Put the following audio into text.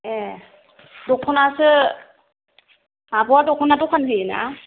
ए दख'नासो आब'या दख'ना दखान होयो ना